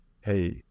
hey